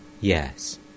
yes